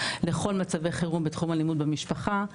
לכל מצבי חירום בתחום אלימות במשפחה.